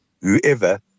whoever